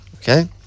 okay